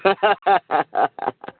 ह ह ह ह ह ह